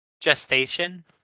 Gestation